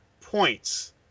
points